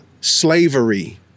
slavery